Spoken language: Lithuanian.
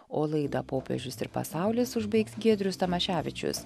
o laidą popiežius ir pasaulis užbaigs giedrius tamaševičius